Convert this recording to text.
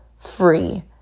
free